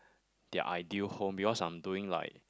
their ideal home because I'm doing like